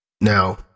Now